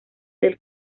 del